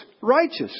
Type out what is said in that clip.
righteous